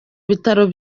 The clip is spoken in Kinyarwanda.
bitaro